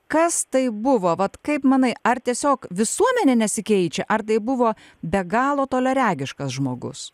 kas tai buvo vat kaip manai ar tiesiog visuomenė nesikeičia ar tai buvo be galo toliaregiškas žmogus